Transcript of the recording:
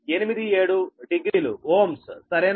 870 Ω సరేనా